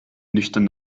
nüchtern